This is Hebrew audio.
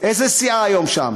איזה סיעה היום שם?